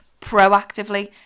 proactively